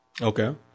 Okay